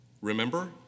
Remember